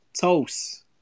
Toast